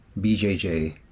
bjj